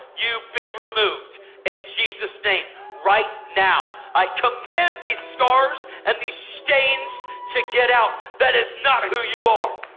you be removed in and jesus' name. right now. i command these scars and these stains to get out. that is not who you are.